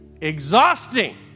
exhausting